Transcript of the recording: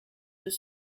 deux